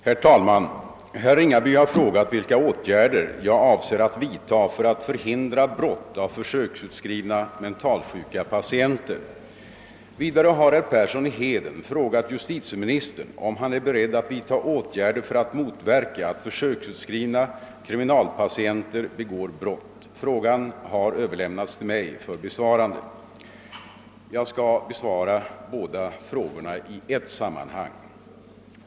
Herr talman! Herr Ringaby har frågat vilka åtgärder jag avser att vidta för att förhindra brott av försöksutskrivna mentalsjuka patienter. Vidare har herr Persson i Heden frågat justitieministern om han är beredd att vidta åtgärder för att motverka att försöksutskrivna kriminalpatienter begår brott. Frågan har överlämnats till mig för besvarande. Jag skall besvara båda frågorna i ett sammanhang.